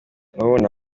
murumuna